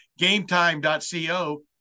GameTime.co